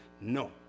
No